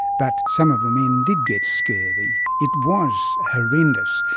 but some of the men did get scurvy. it was horrendous,